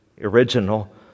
original